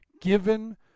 given